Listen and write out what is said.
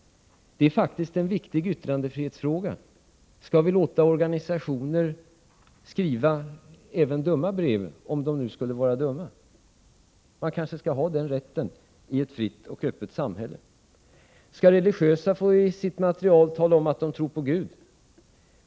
Det är faktiskt en viktig yttrandefrihetsfråga — skall vi låta organisationer skriva även dumma brev, om de nu skulle vara dumma? Man kanske skall ha den rätten i ett fritt och öppet samhälle. Skall religiösa i sitt material få tala om att de tror på Gud?